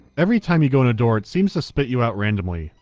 every time you go in a door, it seems to spit you out randomly.